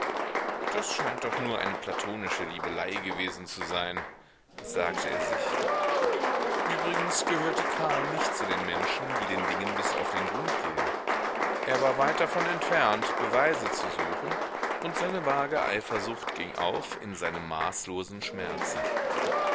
das scheint doch nur eine platonische liebelei gewesen zu sein sagte er sich übrigens gehörte karl nicht zu den menschen die den dingen bis auf den grund gehen er war weit davon entfernt beweise zu suchen und seine vage eifersucht ging auf in seinem maßlosen schmerze